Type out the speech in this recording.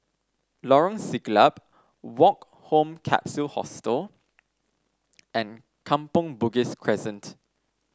Lorong Siglap Woke Home Capsule Hostel and Kampong Bugis Crescent